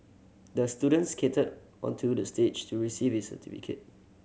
the student skated onto the stage to receive his certificate